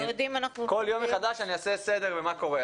כל יום מחדש אני אעשה סדר במה קורה,